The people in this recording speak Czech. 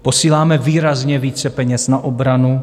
Posíláme výrazně více peněz na obranu.